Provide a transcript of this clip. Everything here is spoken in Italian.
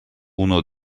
uno